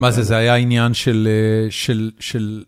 מה זה זה היה עניין של אה... של... של...